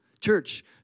Church